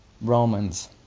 Romans